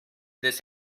this